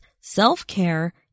self-care